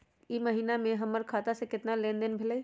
ई महीना में हमर खाता से केतना लेनदेन भेलइ?